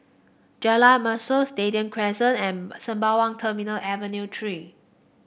Jalan Mashor Stadium Crescent and Sembawang Terminal Avenue Three